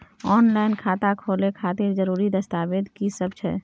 Online खाता खोले खातिर जरुरी दस्तावेज की सब छै?